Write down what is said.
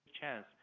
chance